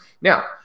Now